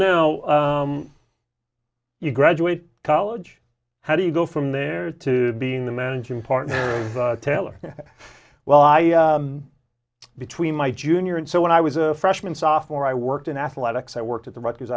now you graduate college how do you go from there to being the managing partner teller well i between my junior and so when i was a freshman sophomore i worked in athletics i worked at the rutgers